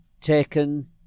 taken